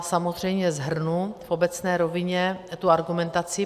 Samozřejmě shrnu v obecné rovině tu argumentaci.